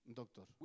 doctor